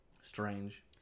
Strange